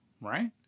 right